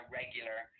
regular